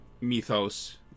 mythos